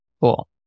Cool